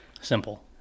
Simple